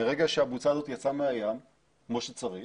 ברגע שהבוצה הזאת יצאה מהים כמו שצריך